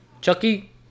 Chucky